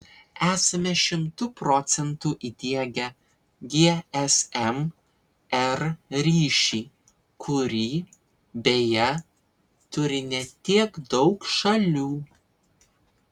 esame šimtu procentų įdiegę gsm r ryšį kurį beje turi ne tiek daug šalių